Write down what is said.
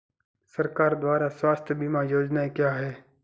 सरकार द्वारा स्वास्थ्य बीमा योजनाएं क्या हैं?